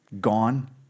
gone